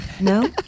No